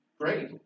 great